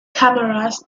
cameras